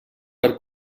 per